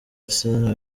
arsene